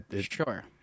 sure